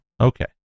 Okay